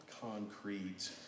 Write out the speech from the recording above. concrete